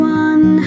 one